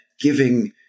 giving